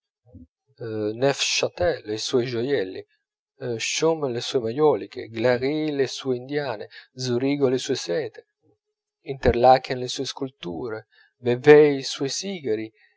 i suoi gioielli choume le sue maioliche glaris le sue indiane zurigo le sue sete interlaken le sue sculture vevey i suoi sigari